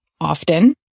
often